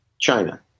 China